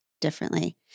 differently